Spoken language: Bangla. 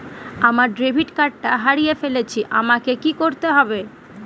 আমার ডেবিট কার্ডটা হারিয়ে ফেলেছি আমাকে কি করতে হবে?